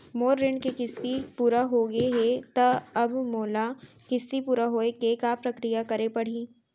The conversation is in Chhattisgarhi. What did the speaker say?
मोर ऋण के किस्ती पूरा होगे हे ता अब मोला किस्ती पूरा होए के का प्रक्रिया करे पड़ही?